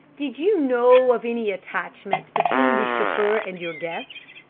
did you know of any attachment between the chauffeur and your guest?